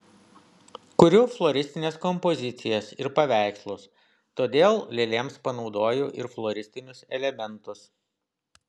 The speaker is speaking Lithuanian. kuriu floristines kompozicijas ir paveikslus todėl lėlėms panaudojau ir floristinius elementus